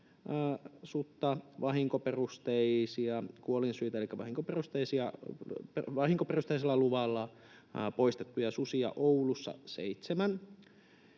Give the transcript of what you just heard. sutta, vahinkoperusteisia kuolinsyitä elikkä vahinkoperusteisella luvalla poistettuja susia Oulussa,